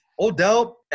Odell